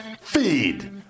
Feed